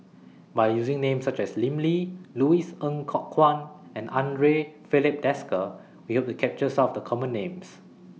By using Names such as Lim Lee Louis Ng Kok Kwang and Andre Filipe Desker We Hope to capture Some of The Common Names